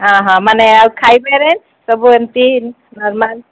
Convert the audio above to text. ଓହ ମାନେ ଆଉ ଖାଇବାରେ ସବୁ ଏମତି ନର୍ମାଲ୍